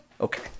Okay